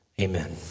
Amen